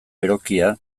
berokia